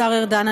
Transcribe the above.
לשר ארדן.